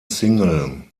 single